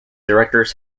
directors